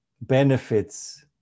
benefits